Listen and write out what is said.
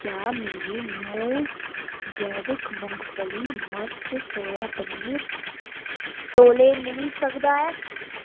क्या मिगी मूज़ जैविक मुंगफली मर्च सोया पनीर तौले मिली सकदा ऐ